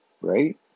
right